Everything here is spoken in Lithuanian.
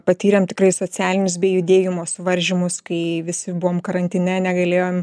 patyrėm tikrai socialinius bei judėjimo suvaržymus kai visi buvome karantine negalėjom